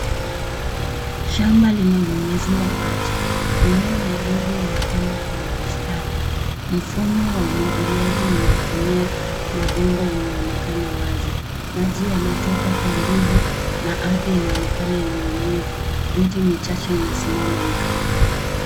Shamba linanyunyiziwa maji, mimea midogo imepandwa kwenye mistari. Mfumo wa umwagiliaji unaotumia mabomba unaonekana wazi, maji yanatoka kwa nguvu na ardhi naonekana yenye unyevu, miti michache inasimama mbali.